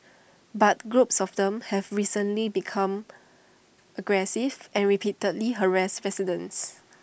but groups of them have recently become aggressive and repeatedly harassed residents